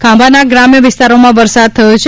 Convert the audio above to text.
ખાંભાના ગ્રામ્ય વિસ્તારોમાં વરસાદ થયો છે